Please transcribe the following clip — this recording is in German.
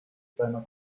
seiner